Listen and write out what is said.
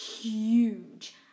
huge